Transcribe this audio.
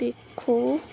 ਦੇਖੋ